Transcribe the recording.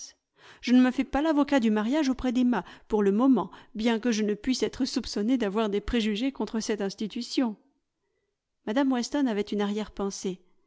je ne me fais pas l'avocat du mariage auprès d'emma pour le moment bien que je ne puisse être soupçonnée d'avoir des préjugés contre cette institution mme weston avait une arrière-pensée